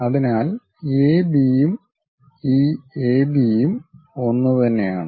അതിനാൽ A B യും ഈ എ ബി യും ഒന്നു തന്നെയാണ്